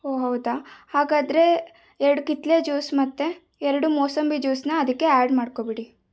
ಓ ಹೌದಾ ಹಾಗಾದರೆ ಎರಡು ಕಿತ್ತಳೆ ಜ್ಯೂಸ್ ಮತ್ತು ಎರಡು ಮೂಸಂಬಿ ಜ್ಯೂಸನ್ನ ಅದಕ್ಕೆ ಆ್ಯಡ್ ಮಾಡ್ಕೋಬಿಡಿ